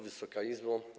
Wysoka Izbo!